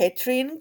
קטרינג